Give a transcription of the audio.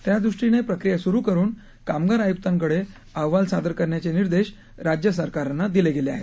त्यादृष्टीने प्रक्रीया सुरु करुन कामगार आयुक्तांकडे अहवाल सादर करण्याचे निर्देश राज्य सरकारांना दिले आहेत